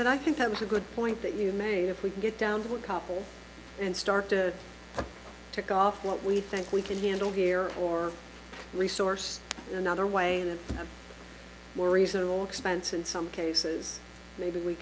been i think that was a good point that you made if we can get down to a couple and start to tick off what we think we can handle here or resource another way in a more reasonable expense in some cases maybe we